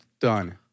done